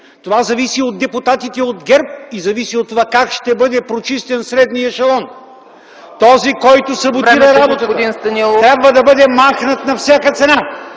това зависи от депутатите от ГЕРБ и зависи от това как ще бъде прочистен средният ешелон. Този, който саботира работата, трябва да бъде махнат на всяка цена.